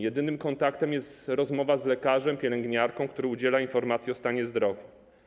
Jedynym kontaktem jest rozmowa z lekarzem, pielęgniarką, którzy udzielają informacji o stanie zdrowia.